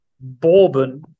bourbon